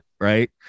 right